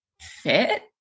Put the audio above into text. fit